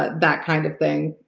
but that kind of thing.